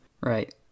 Right